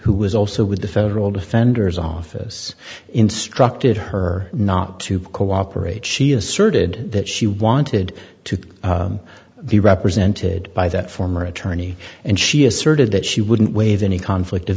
who was also with the federal defender's office instructed her not to cooperate she asserted that she wanted to be represented by that former attorney and she asserted that she wouldn't waive any conflict of